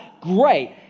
great